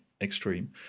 extreme